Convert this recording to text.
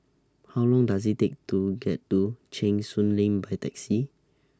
How Long Does IT Take to get to Cheng Soon Lane By Taxi